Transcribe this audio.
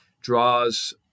draws